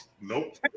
Nope